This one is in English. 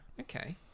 okay